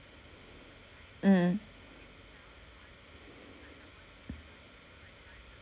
mm